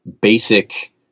basic